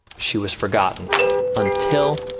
she was forgotten until,